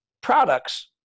products